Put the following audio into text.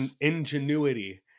ingenuity